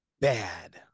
bad